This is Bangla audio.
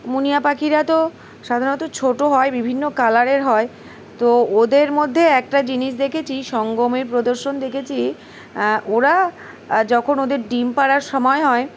মুনিয়া পাখিরা তো সাধারণত ছোটো হয় বিভিন্ন কালারের হয় তো ওদের মধ্যে একটা জিনিস দেখেছি সঙ্গমের প্রদর্শন দেখেছি ওরা যখন ওদের ডিম পাড়ার সময় হয়